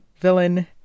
villain